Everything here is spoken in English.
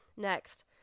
next